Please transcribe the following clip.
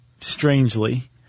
strangely